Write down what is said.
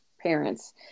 parents